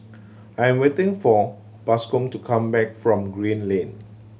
I'm waiting for Bascom to come back from Green Lane